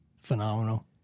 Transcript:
phenomenal